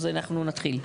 אז אנחנו נתחיל.